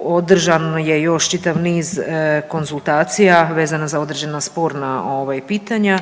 održan je još čitav niz konzultacija vezano za određena sporna pitanja,